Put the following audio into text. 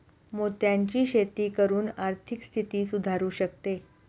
मोत्यांची शेती करून आर्थिक स्थिती सुधारु शकते